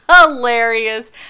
hilarious